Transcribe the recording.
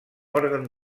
òrgan